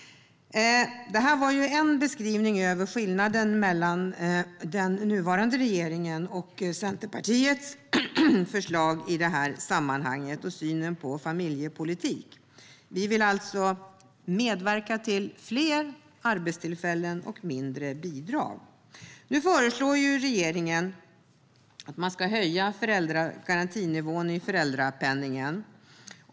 Det är en beskrivning av skillnaden mellan den nuvarande regeringens och Centerpartiets förslag och synen på familjepolitiken. Vi vill alltså medverka till fler arbetstillfällen och till färre bidrag. Nu föreslår regeringen att man ska höja garantinivån i föräldrapenningen.